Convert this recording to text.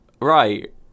right